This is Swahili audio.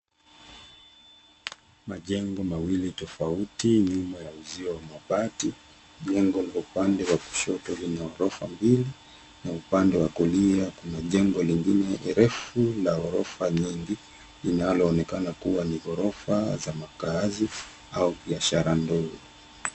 Majengo mawili tofauti nyuma ya uzio wa mabati. Jengo la upande wa kushoto lina horofa mbili na upande wa kulia kuna jengo lingine refu la horofa nyingi linaloonekana kuwa ni horofa za makaazi au biashara ndogo.